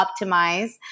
Optimize